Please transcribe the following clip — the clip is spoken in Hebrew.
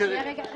אנחנו